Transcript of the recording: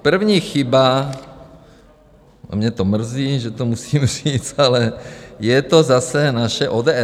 První chyba, a mě to mrzí, že to musím říct, ale je to zase naše ODS.